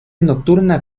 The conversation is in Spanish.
nocturna